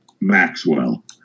Maxwell